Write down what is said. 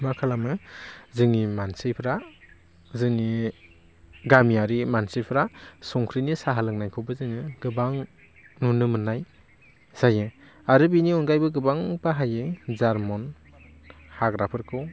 मा खालामो जोंनि मानसिफ्रा जोंनि गामियारि मानसिफ्रा संख्रिनि साहा लोंनायखौबो जोङो गोबां नुनो मोन्नाय जायो आरो बिनि अनगायैबो गोबां बाहायो जारमन हाग्राफोरखौ